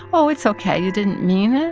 oh, it's ok, you didn't mean it?